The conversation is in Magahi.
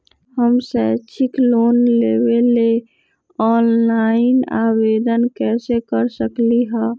हम शैक्षिक लोन लेबे लेल ऑनलाइन आवेदन कैसे कर सकली ह?